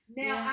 now